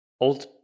old